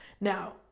Now